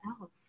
else